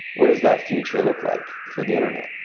what is that future look like for the internet?